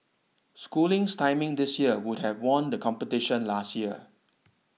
schooling's timing this year would have won the competition last year